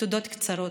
תודות קצרות: